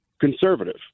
conservative